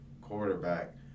quarterback